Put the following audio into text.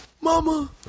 Mama